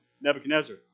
Nebuchadnezzar